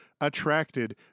attracted